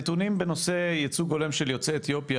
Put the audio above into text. הנתונים בנושא ייצוג הולם של יוצאי אתיופיה